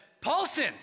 Paulson